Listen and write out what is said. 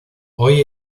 hoy